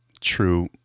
true